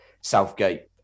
Southgate